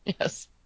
yes